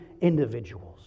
individuals